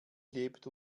lebt